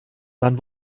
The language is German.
dann